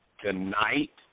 Tonight